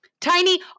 tiny